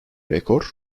rekor